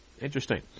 Interesting